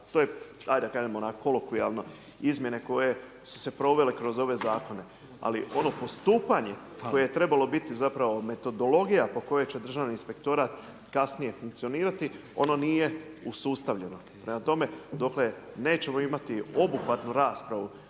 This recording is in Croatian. to je aj da kažem onak kolokvijalno, izmjene koje su se provele kroz ove zakon, ali ono postupanje koje trebalo biti zapravo metodologija po kojoj će državni inspektorat kasnije funkcionirati ono nije usustavljeno. Prema tome, dokle nećemo imati obuhvatnu raspravu